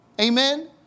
Amen